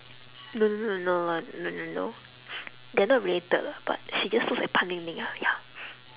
no no no no no lah no no no they're not related lah but she just looks like pan-ling-ling ah ya